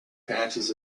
patches